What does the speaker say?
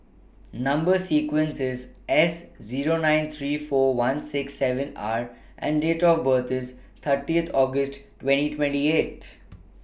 Number sequence IS S Zero nine three four one six seven R and Date of birth IS thirty August twenty twenty eight